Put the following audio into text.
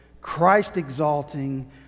Christ-exalting